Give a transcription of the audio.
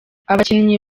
abakinnyi